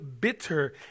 bitter